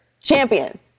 champion